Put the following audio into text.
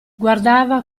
guardava